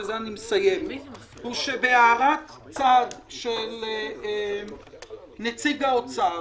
זה שבהערה של נציג האוצר